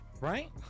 right